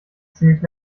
ziemlich